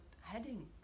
heading